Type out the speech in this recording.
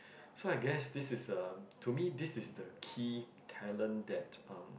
so I guess this is a to me this is the key talent that um